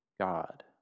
God